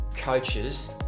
coaches